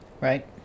right